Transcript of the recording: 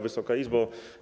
Wysoka Izbo!